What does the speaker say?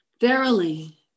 Verily